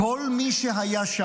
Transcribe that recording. כל מי שהיה שם